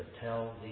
tell